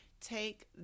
take